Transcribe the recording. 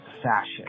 Fashion